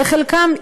וחלקם,